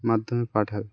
মাধ্যমে পাঠাও